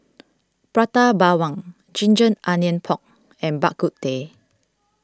Prata Bawang Ginger Onions Pork and Bak Kut Teh